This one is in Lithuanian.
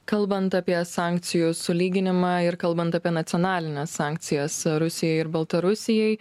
kalbant apie sankcijų sulyginimą ir kalbant apie nacionalines sankcijas rusijai ir baltarusijai